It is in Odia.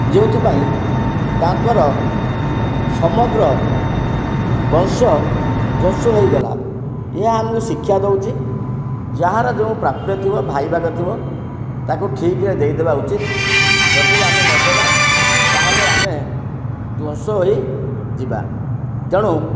ଯେଉଁଥିପାଇଁ ତାଙ୍କର ସମଗ୍ର ବଂଶ ଜସ୍ୱ ହୋଇଗଲା ଏହା ଆମର ଶିକ୍ଷା ଦଉଛି ଯାହାର ଯେଉଁ ପ୍ରାପ୍ୟ ଥିବ ଭାଇ ଭାଗ ଥିବ ତାକୁ ଠିକରେ ଦେଇଦବା ଉଚିତ ଯଦି ନ ଦବା ତାହେଲେ ଆମେ ଧ୍ଵଂସ ହୋଇଯିବା ତେଣୁ